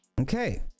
okay